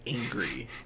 angry